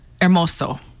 Hermoso